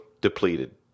depleted